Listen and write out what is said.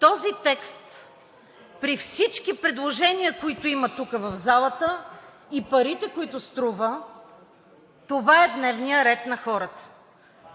Този текст при всички предложения, които има тук в залата, и парите, които струва – това е дневният реда на хората.